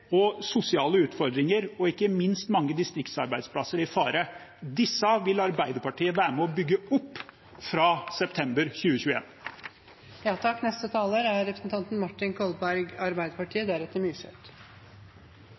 og sosiale utfordringer, og ikke minst mange distriktsarbeidsplasser i fare. Disse vil Arbeiderpartiet være med og bygge opp fra september 2021. Som Stortinget er kjent med, har jeg vært med noen år. Finansministeren er